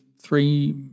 three